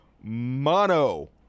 mono